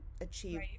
achieve